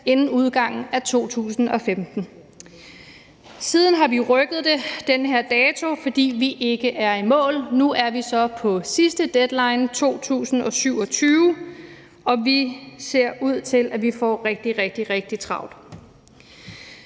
inden udgangen af 2015. Siden har vi rykket den her dato, fordi vi ikke var i mål. Nu er vi så på sidste deadline, som er 2027, og det ser ud til, at vi får rigtig, rigtig